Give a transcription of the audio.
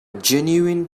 genuine